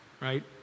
right